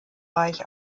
reich